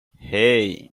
hey